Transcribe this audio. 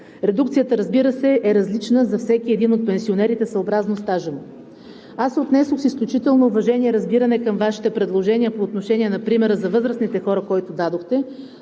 Редукцията, разбира се, е различна за всеки един от пенсионерите, съобразно стажа му. Аз се отнесох с изключително уважение и разбиране към Вашите предложения по отношение на примера за възрастните хора, който дадохте,